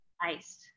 Iced